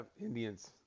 Indians